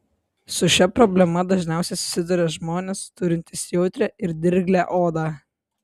su šia problema dažniausiai susiduria žmonės turintys jautrią ir dirglią odą